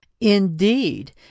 Indeed